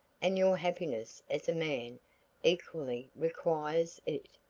and your happiness as a man equally requires it.